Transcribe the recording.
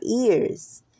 ears